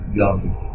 young